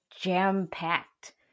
jam-packed